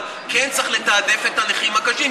אבל כן צריך לתעדף את הנכים הקשים,